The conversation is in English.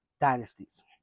Dynasties